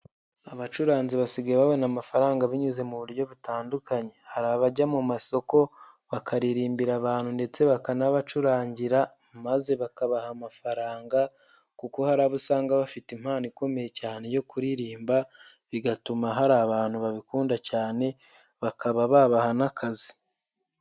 Abacuranzi basigaye babona amafaranga binyuze mu buryo butandukanye, hari abajya mu masoko bakaririmbira abantu ndetse bakanabacurangira maze bakabaha amafaranga kuko hari abo usanga bafite impano ikomeye cyane yo kuririmba, bigatuma hari abantu babikunda cyane bakaba babaha n'akazi.